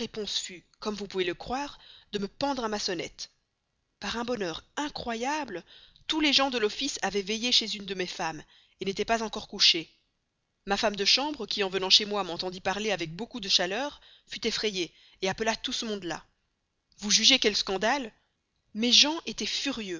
comme vous pouvez croire de me pendre à ma sonnette par un bonheur incroyable tous les gens de l'office avaient veillé chez une de mes femmes n'étaient pas encore couchés ma femme de chambre qui en venant chez moi m'entendit parler avec beaucoup de chaleur fut effrayée appela tout ce monde-là vous jugez quel scandale mes gens étaient furieux